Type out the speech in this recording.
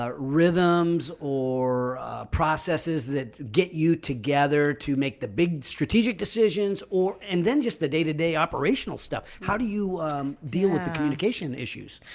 ah rhythms or processes that get you together to make the big strategic decisions or and then just the day to day operational stuff? how do you deal with the communication issues?